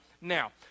Now